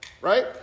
right